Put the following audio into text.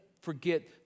forget